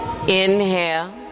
Inhale